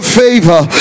favor